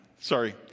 Sorry